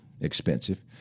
expensive